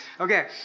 Okay